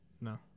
No